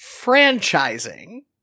Franchising